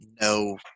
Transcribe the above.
no